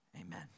amen